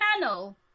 panel